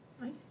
Nice